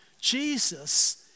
Jesus